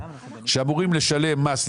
שאמורים לשלם מס,